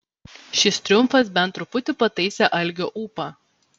šis triumfas bent truputį pataisė algio ūpą